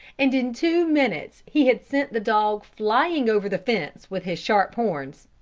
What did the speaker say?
and in two minutes, he had sent the dog flying over the fence, with his sharp horns.